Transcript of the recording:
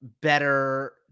better